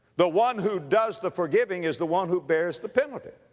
the one who does the forgiving is the one who bears the penalty.